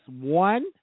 one